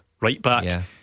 right-back